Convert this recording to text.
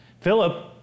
Philip